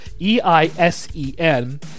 E-I-S-E-N